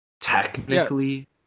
Technically